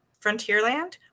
Frontierland